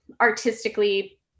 artistically